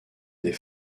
des